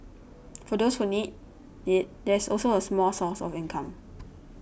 for those who need it there's also a small source of income